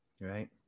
Right